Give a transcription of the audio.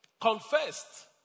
confessed